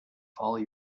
follow